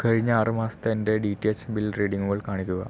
കഴിഞ്ഞ ആറ് മാസത്തെ എൻ്റെ ഡി റ്റി എച്ച് ബിൽ റീഡിംഗുകൾ കാണിക്കുക